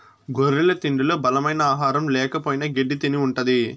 గొర్రెల తిండిలో బలమైన ఆహారం ల్యాకపోయిన గెడ్డి తిని ఉంటది